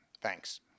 thanks